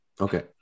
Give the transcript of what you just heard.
Okay